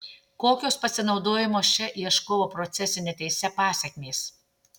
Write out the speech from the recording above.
kokios pasinaudojimo šia ieškovo procesine teise pasekmės